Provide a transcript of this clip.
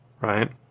right